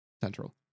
Central